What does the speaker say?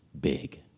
big